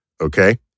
Okay